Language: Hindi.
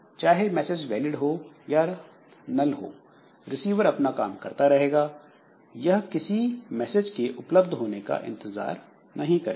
चाहे मैसेज वैलिड हो या नल हो रिसीवर अपना काम करता रहेगा यह किसी मैसेज के उपलब्ध होने का इंतजार नहीं करेगा